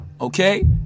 okay